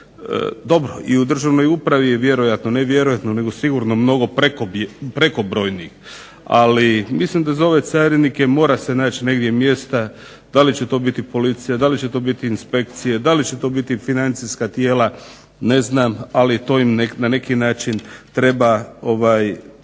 Dobro, i u državnoj upravi je vjerojatno, ne vjerojatno nego sigurno mnogo prekobrojnih, ali mislim da za ove carinike mora se naći negdje mjesta. Da li će to biti policija, da li će to biti inspekcije, da li će to biti financijska tijela ne znam, ali to im na neki način treba